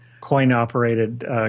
coin-operated